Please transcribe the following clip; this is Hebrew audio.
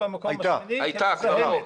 כבר לא.